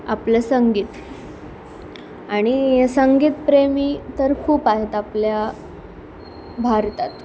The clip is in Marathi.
आपलं संगीत आणि संगीत प्रेमी तर खूप आहेत आपल्या भारतात